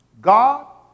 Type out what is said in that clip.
God